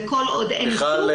וכל עוד אין ייצוג,